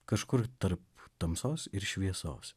kažkur tarp tamsos ir šviesos